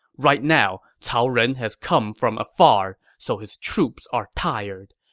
right now, cao ren has come from afar, so his troops are tired.